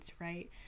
right